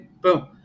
boom